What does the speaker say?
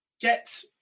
get